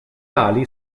ali